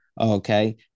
Okay